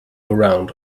around